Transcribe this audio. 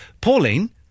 Pauline